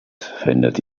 findet